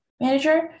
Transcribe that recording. manager